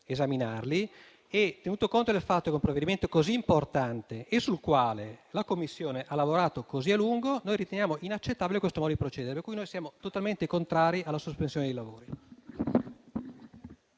esaminarli. Tenuto conto del fatto che si tratta di un provvedimento importante e sul quale la Commissione ha lavorato a lungo, riteniamo inaccettabile questo modo di procedere e siamo totalmente contrari alla sospensione dei lavori.